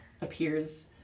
appears